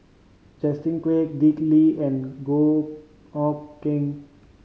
Justin Quek Dick Lee and Goh Hood Keng